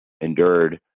endured